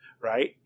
right